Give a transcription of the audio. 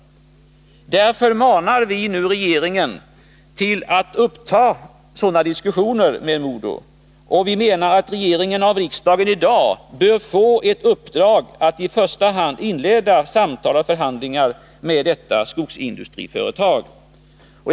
Därför manar vi nu regeringen att uppta sådana diskussioner med MoDo. Vi menar att regeringen av riksdagen i dag bör få ett uppdrag att i första hand inleda samtal och förhandlingar med detta skogsindustriföretag. Herr talman!